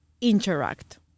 interact